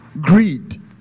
greed